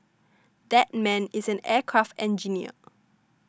that man is an aircraft engineer